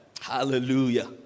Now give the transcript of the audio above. Hallelujah